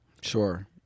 Sure